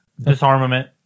disarmament